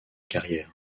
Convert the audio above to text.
carrière